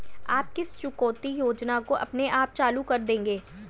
आप किस चुकौती योजना को अपने आप चालू कर देंगे?